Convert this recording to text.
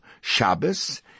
Shabbos